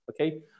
okay